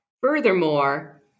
Furthermore